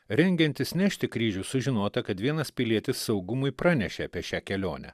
rengiantis nešti kryžių sužinota kad vienas pilietis saugumui pranešė apie šią kelionę